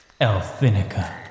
Elfinica